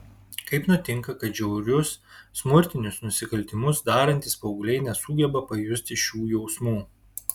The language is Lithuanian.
kaip nutinka kad žiaurius smurtinius nusikaltimus darantys paaugliai nesugeba pajusti šių jausmų